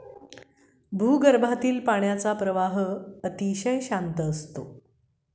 भूगर्भातील पाण्याचा प्रवाह अतिशय शांत असतो